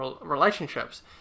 relationships